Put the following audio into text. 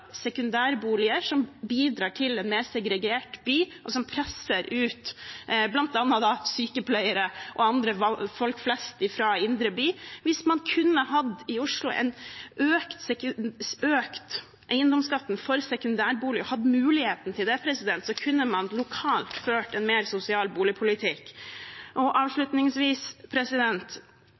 sekundærboliger som bidrar til en mer segregert by, og som presser ut bl.a. sykepleiere og andre blant folk flest fra indre by. Hvis man i Oslo kunne ha hatt muligheten til å øke skatten på sekundærboliger, kunne man lokalt ha ført en mer sosial boligpolitikk. Avslutningsvis, til det at man bare kutter på kravene og